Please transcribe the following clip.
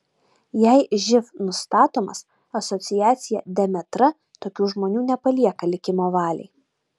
jei živ nustatomas asociacija demetra tokių žmonių nepalieka likimo valiai